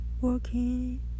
working